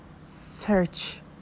search